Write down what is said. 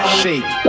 shake